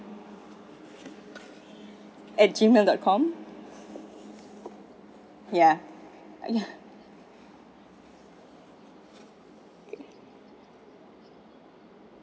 at Gmail dot com ya